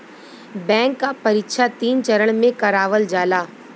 bank क परीक्षा तीन चरण में करावल जाला